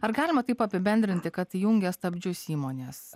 ar galima taip apibendrinti kad įjungia stabdžius įmonės